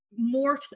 morphs